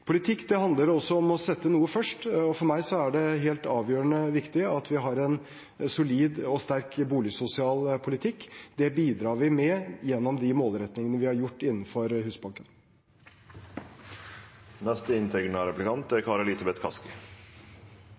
handler også om å sette noe først. For meg er det helt avgjørende viktig at vi har en solid og sterk boligsosial politikk. Det bidrar vi med gjennom de målrettingene vi har gjort innenfor Husbanken. Realiteten er